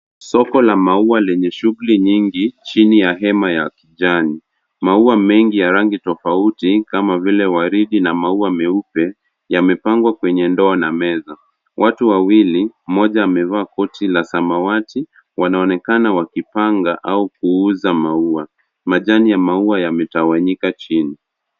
Soko la maua lenye shughuli nyingi chini ya hema ya kijani. Maua mengi ra rangi tofauti kama vile maua meupe yanamepangwa kwenye ndoo na meza. Watu wawili moja amevaa koti la samawati wanaonekana wakipanga au kuuza maua. Majani ya maua yametawanyika chini.